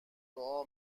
دعا